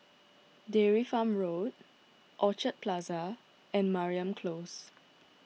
Dairy Farm Road Orchid Plaza and Mariam Close